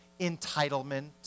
entitlement